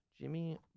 Jimmy